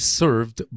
served